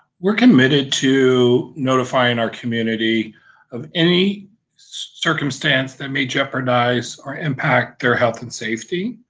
we're committed to notifying our community of any circumstance that may jeopardize or impact their health and safety.